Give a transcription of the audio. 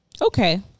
Okay